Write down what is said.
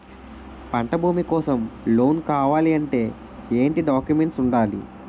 పంట భూమి కోసం లోన్ కావాలి అంటే ఏంటి డాక్యుమెంట్స్ ఉండాలి?